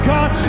God